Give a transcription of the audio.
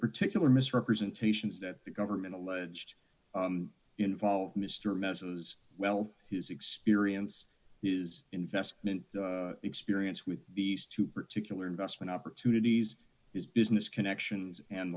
particular misrepresentations that the government alleged involved mr meses well his experience his investment experience with these two particular investment opportunities his business connections and